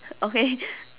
okay